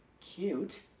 Cute